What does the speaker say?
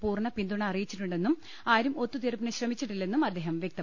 പൂർണ്ണ പിന്തുണ അറിയിച്ചിട്ടുണ്ടെന്നും ആരും ഒത്തുതീർപ്പിന് ശ്രമിച്ചിട്ടി ല്ലെന്നും അദ്ദേഹം വ്യക്തമാക്കി